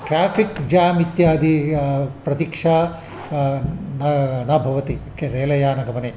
traffic jam इत्यादि प्रतिक्षा न न भवति रेलयानगमने